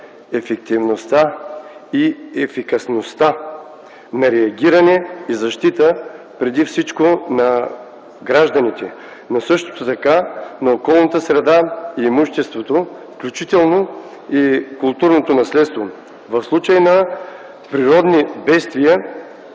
ефективността и ефикасността на реагиране и защита преди всичко на гражданите, но също така на околната среда, имуществото, включително на културното наследство в случаи на природни бедствия,